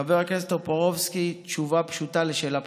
חבר הכנסת טופורובסקי, תשובה פשוטה על שאלה פשוטה: